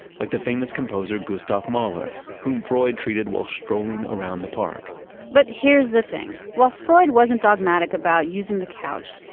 like the famous composer gustav mahler whom freud treated while strolling around the park but here's the thing, while freud wasn't dogmatic about using the couch,